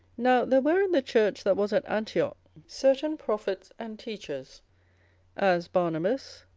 now there were in the church that was at antioch certain prophets and teachers as barnabas,